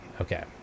Okay